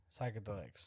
psychedelics